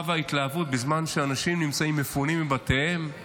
וההתלהבות בזמן שאנשים נמצאים מפונים מבתיהם,